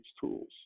tools